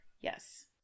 Yes